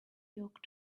york